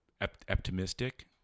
optimistic